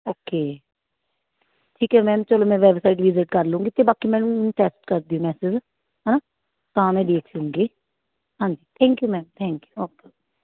okay ਠੀਕ ਹੈ ma'am ਚਲੋ ਮੈਂ ਵੈਬਸਾਈਟ ਵਿਜਿਟ ਕਰ ਲਉਂਗੀ ਅਤੇ ਬਾਕੀ ਮੈਨੂੰ ਟੈਕਸਟ ਕਰ ਦਿਓ ਮੈਸੇਜ ਹੈ ਨਾ ਤਾਂ ਮੈਂ ਦੇਖ ਲਉਂਗੀ ਹਾਂਜੀ thank you ma'am thank you okay